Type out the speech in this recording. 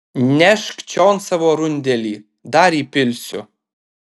nešk čion savo rundelį dar įpilsiu